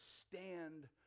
stand